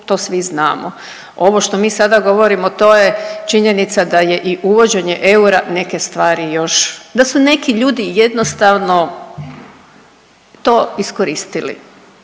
to svi znamo. Ovo što mi sada govorimo to je činjenica da je i uvođenje eura neke stvari još, da su neki ljudi jednostavno to iskoristili,